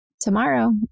tomorrow